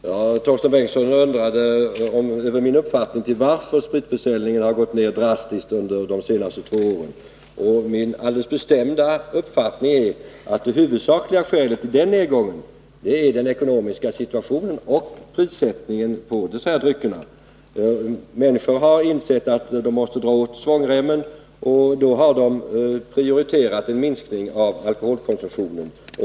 Herr talman! Torsten Bengtson undrade vad jag ansåg vara anledningen till att spritförsäljningen gått ner drastiskt under de senaste två åren. Min alldeles bestämda uppfattning är att det huvudsakliga skälet till nedgången är den ekonomiska situationen och prissättningen på dessa drycker. Människor har insett att de måste dra åt svångremmen, och då har de prioriterat en minskning av alkoholkonsumtionen.